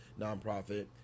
nonprofit